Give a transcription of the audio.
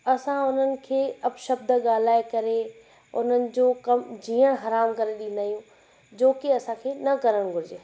असां हुननि खे अपशब्द ॻाल्हाए करे उन्हनि जो कम जीअणु हराम करे ॾींदा आहियूं जो कि असांखे न करणु घुरिजे